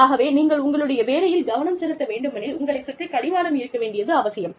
ஆகவே நீங்கள் உங்களுடைய வேலையில் கவனம் செலுத்த வேண்டுமெனில் உங்களைச் சுற்றி கடிவாளம் இருக்க வேண்டியது அவசியம்